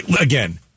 Again